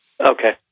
Okay